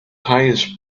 highest